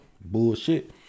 Bullshit